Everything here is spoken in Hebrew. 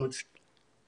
זה